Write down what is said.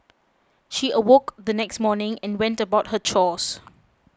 she awoke the next morning and went about her chores